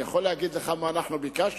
אני יכול להגיד לך מה אנחנו ביקשנו.